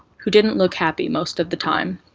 who didn't look happy most of the time.